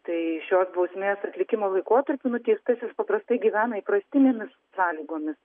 tai šios bausmės atlikimo laikotarpiu nuteistasis paprastai gyvena įprastinėmis sąlygomis